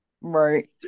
Right